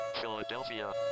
Philadelphia